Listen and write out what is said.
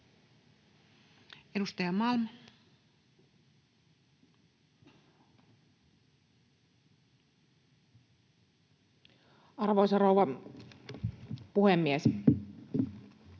Edustaja Heinonen. Arvoisa rouva puhemies!